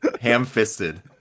Ham-fisted